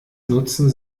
nutzen